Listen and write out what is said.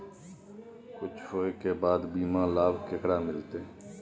कुछ होय के बाद बीमा लाभ केकरा मिलते?